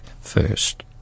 first